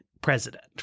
president